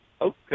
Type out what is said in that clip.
Okay